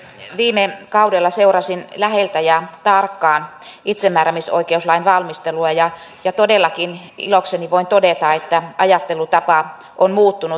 viime kaudella seurasin läheltä ja tarkkaan itsemääräämisoikeuslain valmistelua ja todellakin ilokseni voin todeta että ajattelutapa on muuttunut